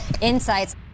insights